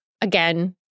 Again